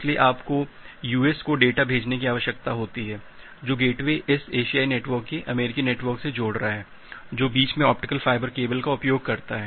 इसलिए आपको यूएसए को डेटा भेजने की आवश्यकता है जो गेटवे इस एशियाई नेटवर्क को अमेरिकी नेटवर्क से जोड़ रहा है जो बीच में ऑप्टिकल फाइबर केबल का उपयोग करता है